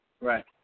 Right